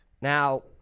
Now